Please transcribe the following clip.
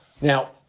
Now